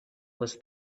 was